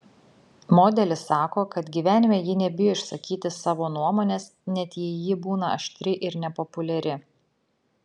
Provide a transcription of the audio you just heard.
modelis sako kad gyvenime ji nebijo išsakyti savo nuomonės net jei ji būna aštri ir nepopuliari